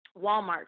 Walmart